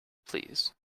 please